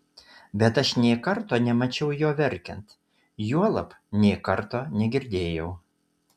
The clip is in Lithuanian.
bet aš nė karto nemačiau jo verkiant juolab nė karto negirdėjau